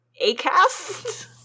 Acast